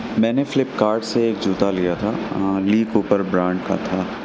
میں نے فلپکارٹ سے جوتا لیا تھا لی کوپر برانڈ کا تھا